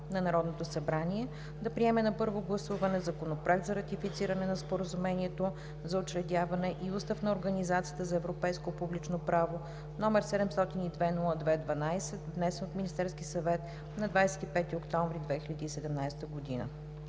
на Народното събрание да приеме на първо гласуване Законопроект за ратифициране на Споразумението за учредяване и Устав на Организацията за европейско публично право, № 702-02-12, внесен от Министерския съвет на 25 октомври 2017 г.“